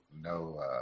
No